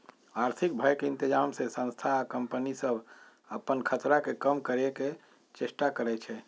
आर्थिक भय के इतजाम से संस्था आ कंपनि सभ अप्पन खतरा के कम करए के चेष्टा करै छै